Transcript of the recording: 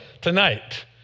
tonight